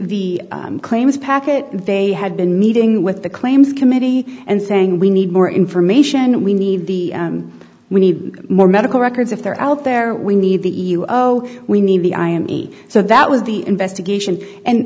the claims package they had been meeting with the claims committee and saying we need more information we need the we need more medical records if they're out there we need the oh we need the i am so that was the investigation and